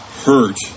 hurt